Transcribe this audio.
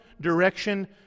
direction